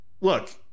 look